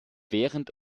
während